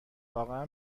واقعا